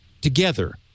Together